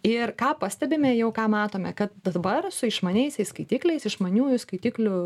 ir ką pastebime jau ką matome kad dabar su išmaniaisiais skaitikliais išmaniųjų skaitiklių